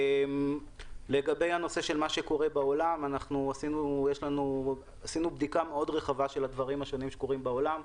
לגבי מה שקורה בעולם עשינו בדיקה רחבה של הדברים שקורים בעולם.